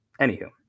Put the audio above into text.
anywho